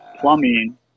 plumbing